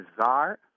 bizarre